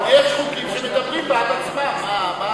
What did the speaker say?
אבל יש חוקים שמדברים בעד עצמם.